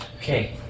okay